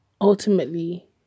ultimately